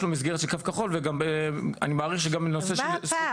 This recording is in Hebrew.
לו מסגרת של קו כחול ואני מעריך מה הפער?